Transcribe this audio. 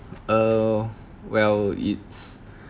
err well it's